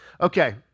Okay